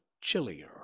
chillier